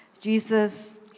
Jesus